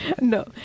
No